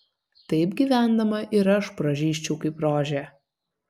taip gyvendama ir aš pražysčiau kaip rožė